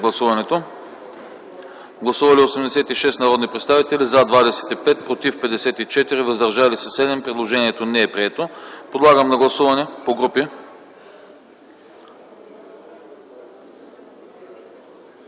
Гласували 86 народни представители: за 25, против 54, въздържали се 7. Предложението не е прието. Подлагам на гласуване